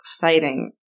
fighting